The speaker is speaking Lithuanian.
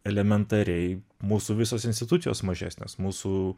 elementariai mūsų visos institucijos mažesnės mūsų